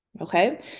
Okay